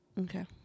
Okay